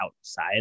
outside